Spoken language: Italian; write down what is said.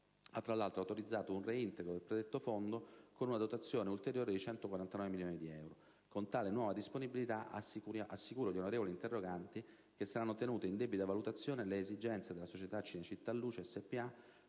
ha tra l'altro autorizzato un reintegro del predetto Fondo con una dotazione ulteriore di 149 milioni di euro. Con tale nuova disponibilità, assicuro gli onorevoli interroganti che saranno tenute in debita valutazione le esigenze della Società Cinecittà Luce SpA